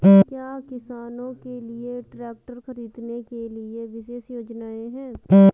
क्या किसानों के लिए ट्रैक्टर खरीदने के लिए विशेष योजनाएं हैं?